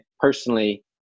personally